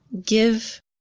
give